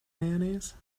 mayonnaise